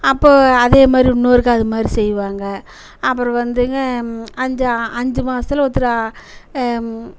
அப்போது அதேமாதிரி இன்னொருக்கா அதுமாதிரி செய்வாங்க அப்புறம் வந்துங்க அஞ்சு அஞ்சு மாசத்தில் ஒருத்தர